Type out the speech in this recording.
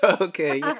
Okay